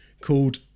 called